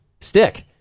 stick